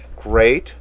Great